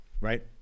Right